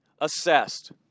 assessed